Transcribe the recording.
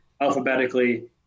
alphabetically